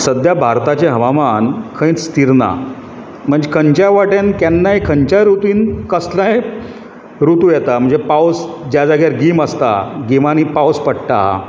सद्या भारताचें हवामान खंयच स्थीर ना मनज्की खंयच्याय वाटेन केन्नाय खंयच्याय रुपान कसलोय ऋतू येता म्हणजे पावस ज्या जाग्यार गीम आसता गिमानी पावस पडटा